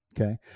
okay